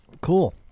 Cool